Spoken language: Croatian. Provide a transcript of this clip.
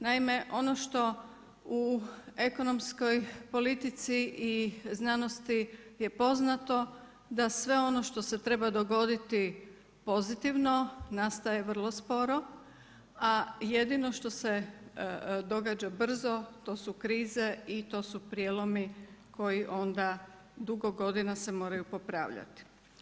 Naime, ono što u ekonomskoj politici i znanosti je poznato da sve ono što se treba dogoditi pozitivno nastaje vrlo sporo, a jedino što se događa brzo to su krize i to su prijelomi koji onda dugo godina se moraju popravljati.